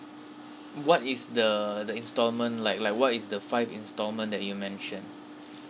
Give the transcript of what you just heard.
what is the the installment like like what is the five installment that you mentioned